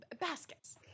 Baskets